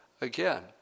again